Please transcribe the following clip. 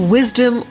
Wisdom